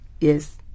Yes